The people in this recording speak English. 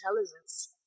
intelligence